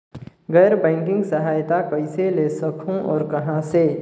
गैर बैंकिंग सहायता कइसे ले सकहुं और कहाँ से?